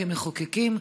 כמחוקקים,